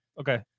Okay